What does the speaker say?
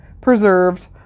Preserved